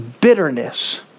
Bitterness